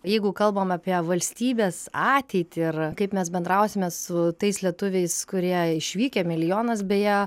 jeigu kalbame apie valstybės ateitį ir kaip mes bendrausime su tais lietuviais kurie išvykę milijonas beje